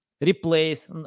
Replace